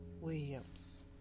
Williams